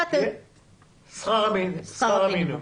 הכנסה יהיה שכר המינימום.